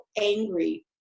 angry